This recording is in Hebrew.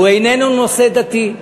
הוא איננו נושא דתי,